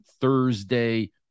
Thursday